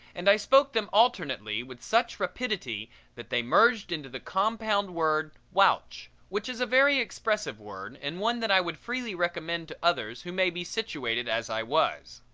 and i spoke them alternately with such rapidity that they merged into the compound word whouch, which is a very expressive word and one that i would freely recommend to others who may be situated as i was.